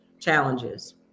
challenges